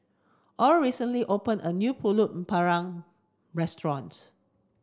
Oral recently opened a new Pulut panggang Restaurant